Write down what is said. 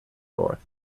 north